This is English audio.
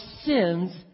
sins